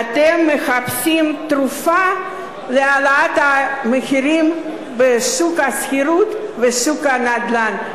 אתם מחפשים תרופה להעלאת המחירים בשוק השכירות ובשוק הנדל"ן.